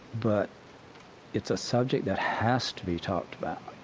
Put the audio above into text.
but it's a subject that has to be talked about.